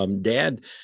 Dad